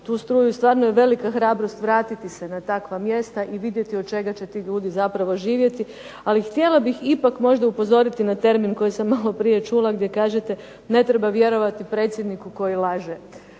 struju i stvarno je velika hrabrost vratiti se na takva mjesta i vidjeti od čega će ti ljudi zapravo živjeti. Ali htjela bih ipak možda upozoriti na termin koji sam maloprije čula gdje kažete ne treba vjerovati predsjedniku koji laže.